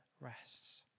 rests